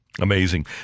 Amazing